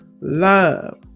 love